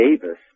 Davis